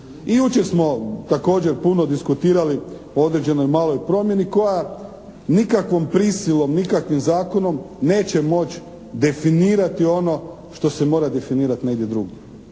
I jučer smo također puno diskutirali o određenoj maloj promjeni koja nikakvom prisilom, nikakvim zakonom neće moći definirati ono što se mora definirati negdje drugdje.